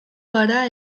gara